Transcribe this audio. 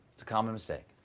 common mistake.